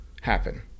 happen